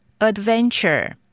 Adventure